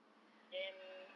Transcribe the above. JEM